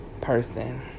person